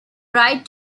right